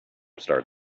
start